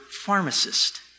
pharmacist